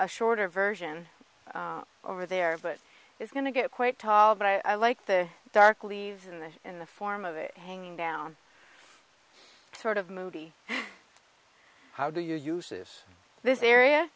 a shorter version over there but it's going to get quite tall but i like the dark leaves in the in the form of it hanging down sort of movie how do you uses this